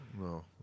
no